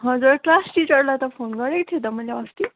हजुर क्लास टिचरलाई त फोन गरेको थिएँ त मैले अस्ति